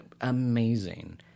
amazing